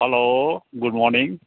hello good morning